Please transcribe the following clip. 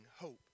hope